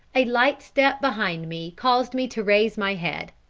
a light step behind me caused me to raise my head.